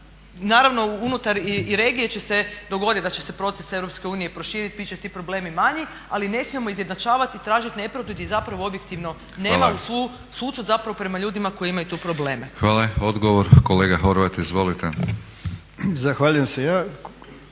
Naravno unutar i regije će se dogoditi da će se proces Europske unije proširiti, biti će ti problemi manji ali ne smijemo izjednačavati i tražiti nepravdu gdje je zapravo objektivno nema u sućut zapravo prema ljudima koji imaju tu probleme. **Batinić, Milorad (HNS)** Hvala.